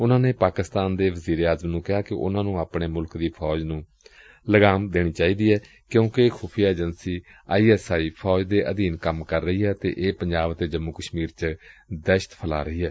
ਉਨੂਾ ਨੇ ਪਾਕਿਸਤਾਨ ਦੇ ਵਜ਼ੀਰ ਏ ਆਜ਼ਮ ਨੂੰ ਕਿਹਾ ਕਿ ਉਨੂਂ ਨੂੰ ਆਪਣੇ ਮੁਲਕ ਦੀ ਫੌਜ ਤੇ ਲਗਾਮ ਕਸਣੀ ਚਾਹੀਦੀ ਏ ਕਿਉਂਕਿ ਖੁਫੀਆ ਏਜੰਸੀ ਆਈ ਐਸ ਆਈ ੱਫੌਜੱ ਦੇ ਅਧੀਨ ਕੰਮ ਕਰ ਰਹੀ ਏ ਅਤੇ ਪੰਜਾਬ ਤੇ ਜੰਮੂ ਕਸ਼ਮੀਰ ਚ ਦਹਿਸ਼ਤ ਫੈਲਾ ਰਹੀ ਏ